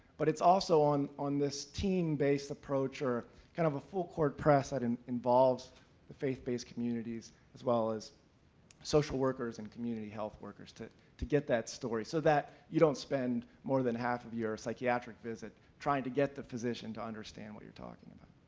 but it's also on on this team-based approach or kind of a full court press that and involves the faith based communities as well as social workers and community health workers to to get that story so you don't spend more than half of your psychiatric visit to get the physician to understand what you're talking about.